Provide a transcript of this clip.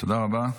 תודה רבה.